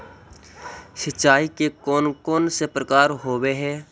सिंचाई के कौन कौन से प्रकार होब्है?